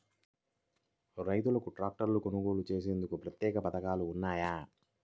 రైతులకు ట్రాక్టర్లు కొనుగోలు చేసేందుకు ప్రత్యేక పథకాలు ఉన్నాయా?